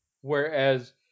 Whereas